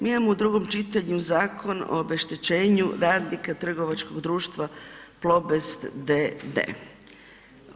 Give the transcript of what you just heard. Mi imamo u drugom čitanju Zakon o obeštećenju radnika trgovačkog društva Plobest d.d.